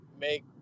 make